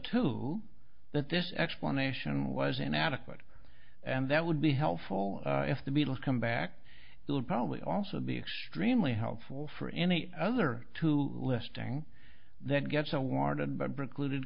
two that this explanation was inadequate and that would be helpful if the beatles come back it would probably also be extremely helpful for any other two listing that gets awarded by br